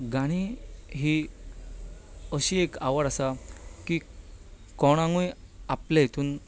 गाणें ही अशी एक आवड आसा की कोणाकूय आपले हातूंत